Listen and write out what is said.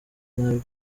nabi